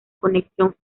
conexión